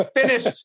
finished